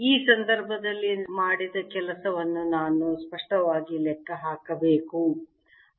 ಈ ಸಂದರ್ಭದಲ್ಲಿ ಮಾಡಿದ ಕೆಲಸವನ್ನು ನಾನು ಸ್ಪಷ್ಟವಾಗಿ ಲೆಕ್ಕ ಹಾಕಬೇಕು